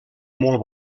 molt